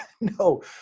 No